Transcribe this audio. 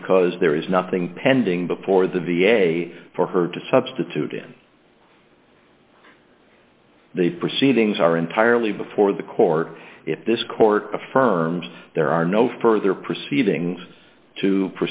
because there is nothing pending before the v a for her to substitute in the proceedings are entirely before the court if this court affirms there are no further proceedings to